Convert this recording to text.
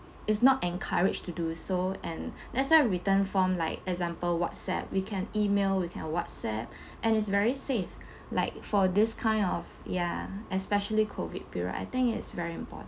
it's not encouraged to do so and that's why written form like example WhatsApp we can email we can WhatsApp and it's very safe like for this kind of ya especially COVID period I think it's very important